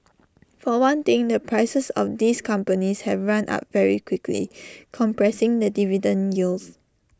for one thing the prices of these companies have run up very quickly compressing the dividend yields